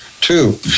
Two